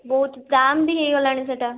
ବହୁତ ଦାମ୍ ବି ହେଇଗଲାଣି ସେଟା